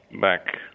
back